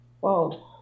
wow